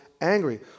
angry